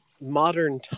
modern